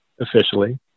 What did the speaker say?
officially